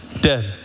dead